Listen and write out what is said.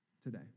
today